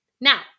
Now